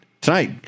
tonight